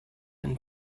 and